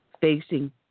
facing